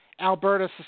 Alberta